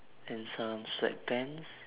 and some sweatpants